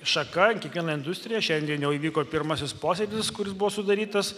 šaka kiekviena industrija šiandien jau įvyko pirmasis posėdis kuris buvo sudarytas